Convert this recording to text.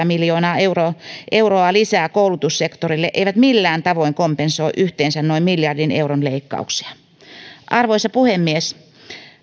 miljoonaa euroa euroa lisää koulutussektorille eivät millään tavoin kompensoi yhteensä noin miljardin euron leikkauksia arvoisa puhemies